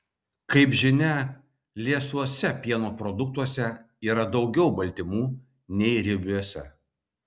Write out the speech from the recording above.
kaip žinia liesuose pieno produktuose yra daugiau baltymų nei riebiuose